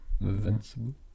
Invincible